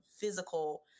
physical